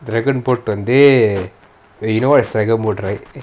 dragon boat வந்து:vanthu wait you know what is dragon boat right